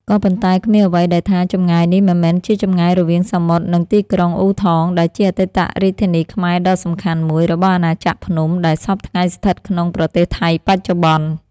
ក៏ប៉ុន្តែគ្មានអ្វីដែលថា ចម្ងាយនេះមិនមែនជាចម្ងាយរវាងសមុទ្រ និងទីក្រុង អ៊ូថង ដែលជាអតីតរាជធានីខ្មែរដ៏សំខាន់មួយ របស់អាណាចក្រភ្នំ ដែលសព្វថ្ងៃស្ថិតក្នុង ប្រទេសថៃបច្ចុប្បន្ន ។